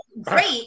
great